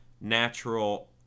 natural